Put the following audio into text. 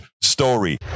story